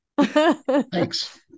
Thanks